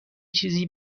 چیزی